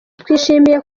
twishimiye